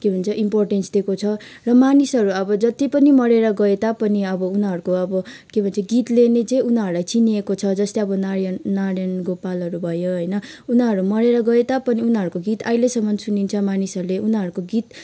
के भन्छ इम्पोरटेन्स दिएको छ र मानिसहरू अब जति पनि मरेर गए तापनि अब उनीहरूको अब के भन्छ गीतले नै चाहिँ उनीहरूलाई चिनिएको छ जस्तै अब नारायण नारायण गोपालहरू भयो होइन उनीहरू मरेर गए तापनि उनीहरूको गीत अहिलेसम्म सुन्छिन्छ मान्छेहरूले उनीहरूको गीत